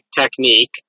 technique